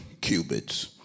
cubits